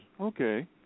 okay